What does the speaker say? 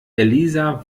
elisa